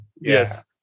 Yes